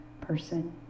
person